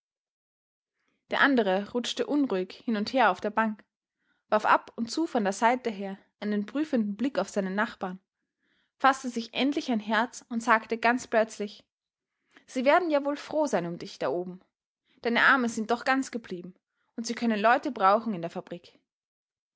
der andere rutschte unruhig hin und her auf der bank warf ab und zu von der seite her einen prüfenden blick auf seinen nachbarn faßte sich endlich ein herz und sagte ganz plötzlich sie werden ja wohl froh sein um dich da oben deine arme sind doch ganz geblieben und sie können leute brauchen in der fabrik